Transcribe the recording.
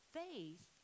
faith